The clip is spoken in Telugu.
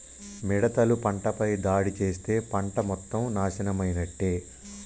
మిడతలు పంటపై దాడి చేస్తే పంట మొత్తం నాశనమైనట్టే